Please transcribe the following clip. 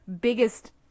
biggest